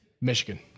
Michigan